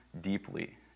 deeply